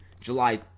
July